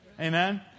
Amen